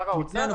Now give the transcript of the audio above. שר האוצר?